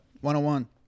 one-on-one